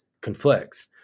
conflicts